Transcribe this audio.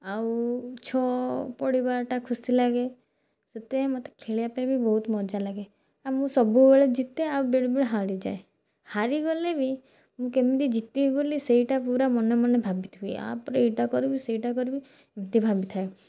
ଆଉ ଛଅ ପଡ଼ିବାଟା ଖୁସି ଲାଗେ ସେଥିପାଇଁ ମୋତେ ଖେଳିବା ପାଇଁ ବି ବହୁତ ମଜା ଲାଗେ ଆଉ ମୁଁ ସବୁବେଳେ ଜିତେ ଆଉ ବେଳେ ବେଳେ ହାରିଯାଏ ହାରିଗଲେ ବି ମୁଁ କେମିତି ଜିତିବି ବୋଲି ସେଇଟା ପୁରା ମନେ ମନେ ଭାବିଥିବି ୟାପରେ ଏଇଟା କରିବି ସେଇଟା କରିବି ଏମିତି ଭାବିଥାଏ